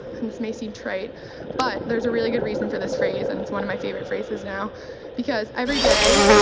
and this may seem trite but there's a really good reason for this phrase and it's one of my favorite phrases now because everyday,